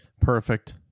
Perfect